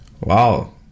Wow